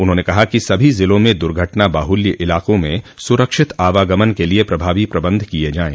उन्होंने कहा कि सभी जिलों में दुर्घटना बाहुल्य इलाकों में सुरक्षित आवागमन के लिए प्रभावी प्रबन्ध किये जायें